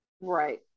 Right